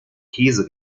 käse